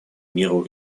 миру